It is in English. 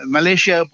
Malaysia